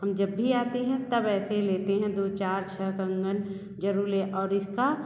हम जब भी आते हैं तब ऐसे ही लेते हैं दो चार छः कंगन ज़रूर लें और इसका